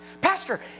Pastor